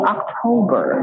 October